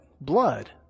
blood